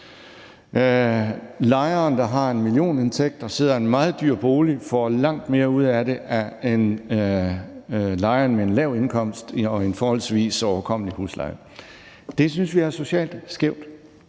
Lejeren, der har en millionindtægt og sidder i en meget dyr bolig, får langt mere ud af det end lejeren med en lav indkomst og en forholdsvis overkommelig husleje. Det synes vi er socialt skævt,